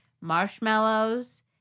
Marshmallows